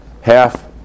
half